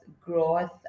growth